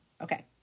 Okay